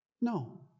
no